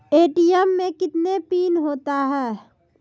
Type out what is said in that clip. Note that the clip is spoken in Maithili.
ए.टी.एम मे कितने पिन होता हैं?